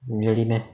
really meh